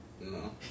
No